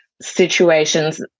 situations